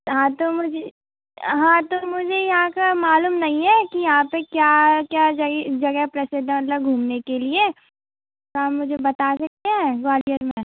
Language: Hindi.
हाँ तो मुझे हाँ तो मुझे यहाँ का मालूम नहीं है कि यहाँ पर क्या क्या कई जगह प्रसिद्ध है मतलब घूमने के लिए तो आप मुझे बता सकते हैं ग्वालियर में